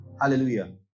Hallelujah